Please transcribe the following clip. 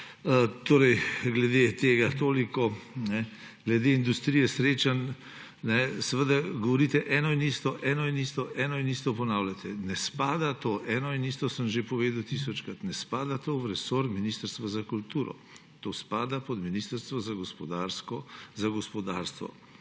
Torej, glede tega toliko. Glede industrije srečanj. Seveda, govorite eno in isto, eno in isto, eno in isto, eno in isto ponavljate. Eno in isto sem že povedal tisočkrat, ne spada to v resor Ministrstva za kulturo! To spada pod Ministrstvo za gospodarstvo